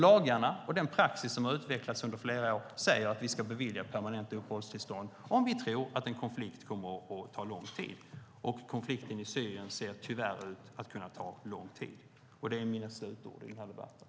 Lagarna och den praxis som har utvecklats under flera år säger att vi ska bevilja permanenta uppehållstillstånd om vi tror att en konflikt kommer att ta lång tid, och konflikten i Syrien ser tyvärr ut att kunna ta lång tid. Det är mina slutord i den här debatten.